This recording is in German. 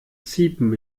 ziepen